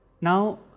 Now